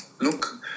look